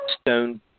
stone